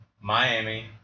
Miami